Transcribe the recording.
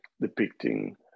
depicting